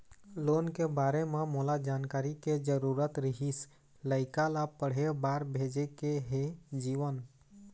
loan के बारे म मोला जानकारी के जरूरत रीहिस, लइका ला पढ़े बार भेजे के हे जीवन